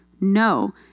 No